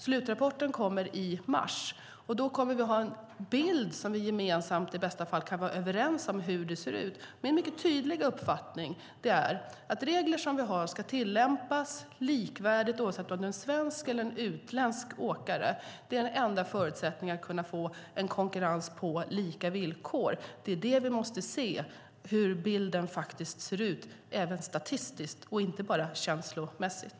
Slutrapporten kommer i mars. Då kommer vi att ha en bild av hur det ser ut som vi i bästa fall kan vara överens om. Min mycket tydliga uppfattning är att regler som vi har ska tillämpas likvärdigt oavsett om det är en svensk eller utländsk åkare. Det är en förutsättning för att få konkurrens på lika villkor. Vi måste se hur bilden ser ut statistiskt, inte bara känslomässigt.